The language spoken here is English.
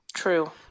true